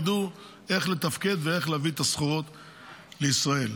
ידעו איך לתפקד ואיך להביא את הסחורות לישראל.